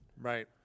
Right